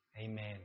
Amen